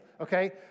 okay